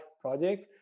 project